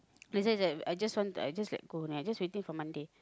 they say that I just want I just let go only I just waiting for Monday